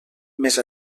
més